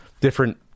different